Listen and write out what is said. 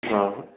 ہاں